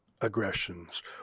aggressions